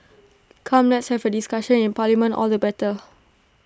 come let's have A discussion in parliament all the better